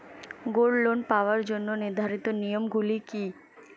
Gold loan পাওয়ার জন্য নির্ধারিত নিয়ম গুলি কি?